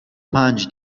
پنج